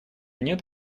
нет